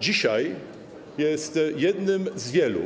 Dzisiaj IPN jest jednym z wielu